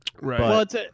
Right